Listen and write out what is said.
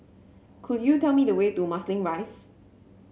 could you tell me the way to Marsiling Rise